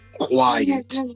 quiet